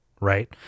Right